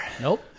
Nope